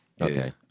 Okay